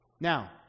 Now